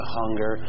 hunger